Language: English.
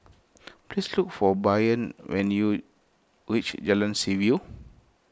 please look for Bryant when you reach Jalan Seaview